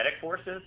forces